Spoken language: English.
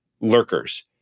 lurkers